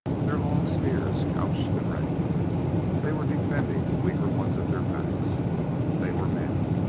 their long spears couched and ready they were defending the weaker ones at their backs they were men!